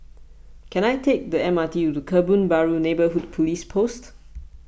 can I take the M R T to Kebun Baru Neighbourhood Police Post